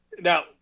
Now